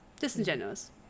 Disingenuous